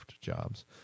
jobs